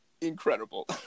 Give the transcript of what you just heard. incredible